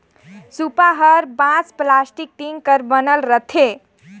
सूपा हर बांस, पलास्टिक, टीग कर बनल रहथे